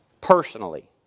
personally